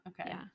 okay